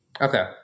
Okay